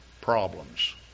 problems